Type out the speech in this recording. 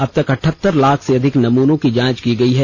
अब तक अठहत्तर लाख से अधिक नमूनों की जांच की गई है